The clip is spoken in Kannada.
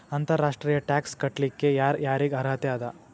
ಅಂತರ್ ರಾಷ್ಟ್ರೇಯ ಟ್ಯಾಕ್ಸ್ ಕಟ್ಲಿಕ್ಕೆ ಯರ್ ಯಾರಿಗ್ ಅರ್ಹತೆ ಅದ?